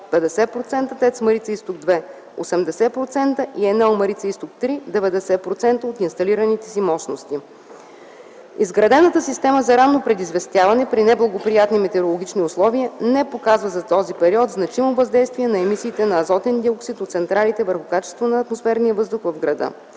50%, ТЕЦ „Марица изток 2” – 80%, и „Енел Марица изток 3” – 90% от инсталираните си мощности. Изградената система за ранно предизвестяване при неблагоприятни метеорологични условия не показва за този период значимо въздействие на емисиите на азотен диоксид от централите върху качеството на атмосферния въздух в града.